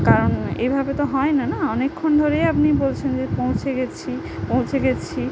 কারণ এভাবে তো হয় না না অনেকক্ষণ ধরেই আপনি বলছেন যে পৌঁছে গিয়েছি পৌঁছে গিয়েছি